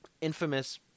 Infamous